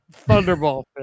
Thunderball